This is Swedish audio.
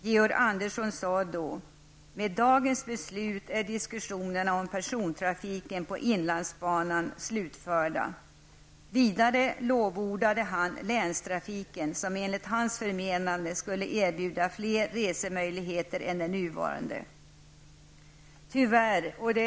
Georg Andersson sade då: Med dagens beslut är diskussionerna om persontrafiken på inlandsbanan slutförda. Vidare lovordade han länstrafiken, som enligt hans förmenande skulle erbjuda fler resemöjligheter än den nuvarande trafiken kunde göra.